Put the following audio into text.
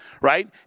Right